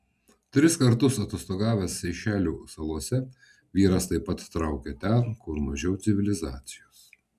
tris kartus atostogavęs seišelių salose vyras taip pat traukė ten kur mažiau civilizacijos